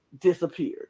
disappeared